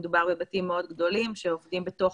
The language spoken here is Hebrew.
מדובר בבתים מאוד גדולים שעובדים בתוך